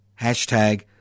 hashtag